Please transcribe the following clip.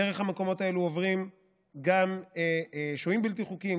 דרך המקומות האלו עוברים גם שוהים בלתי חוקיים,